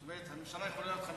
זאת אומרת, הממשלה יכולה להיות 55,